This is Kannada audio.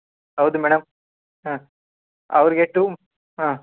ಹೌದು ಮೇಡಮ್ ಹಾಂ ಅವರಿಗೆ ಟು ಹಾಂ